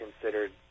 considered